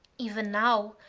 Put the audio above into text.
even now,